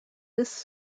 this